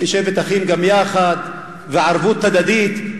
על שבת אחים גם יחד וערבות הדדית,